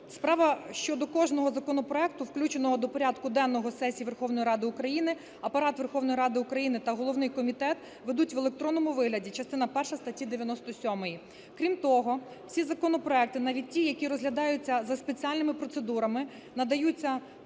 Справа щодо кожного законопроекту, включеного до порядку денного сесій Верховної Ради України, Апарат Верховної Ради України та головний комітет ведуть в електронному вигляді, частина перша статті 97. Крім того, всі законопроекти, навіть ті, які розглядаються за спеціальними процедурами, надаються